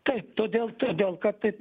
taip todėl todėl kad taip